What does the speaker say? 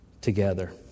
together